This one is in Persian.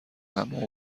حمام